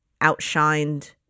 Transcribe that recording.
outshined